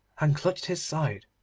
and clutched his side.